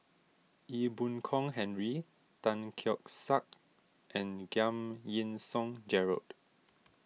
Ee Boon Kong Henry Tan Keong Saik and Giam Yean Song Gerald